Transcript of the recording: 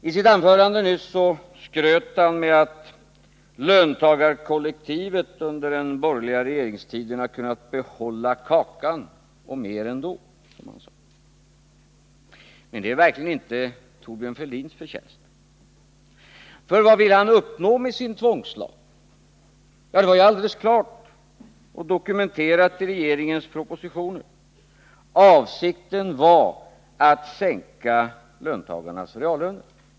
I sitt anförande nyss skröt han med att löntagarkollektivet under den borgerliga regeringstiden kunnat behålla kakan och mer än så, som han sade. Men det är verkligen inte Thorbjörn Fälldins förtjänst. För vad ville han uppnå med sin tvångslag? Det var alldeles klart och dokumenterat i regeringens propositioner — avsikten var att sänka löntagarnas reallöner.